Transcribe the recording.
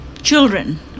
Children